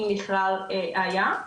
אם בכלל היה,